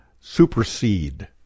supersede